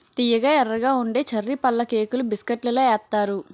తియ్యగా ఎర్రగా ఉండే చర్రీ పళ్ళుకేకులు బిస్కట్లలో ఏత్తారు